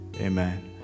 Amen